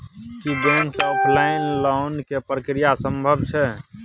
की bank से online loan के प्रक्रिया संभव छै?